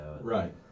Right